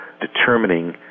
determining